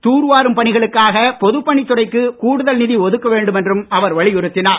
தூர்வாரும் பணிகளுக்காக பொதுப்பணித்துறைக்கு கூடுதல் நிதி ஒதுக்க வேண்டும் என்றும் அவர் வலியுறுத்தினார்